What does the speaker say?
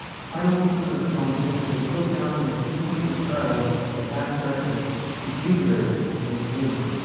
the final sequence of the film begins with a tilt down from the pinpoints of starlight in a vast darkness to jupiter and it's moons.